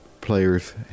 players